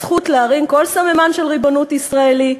הזכות להרים כל סממן של ריבונות ישראלית,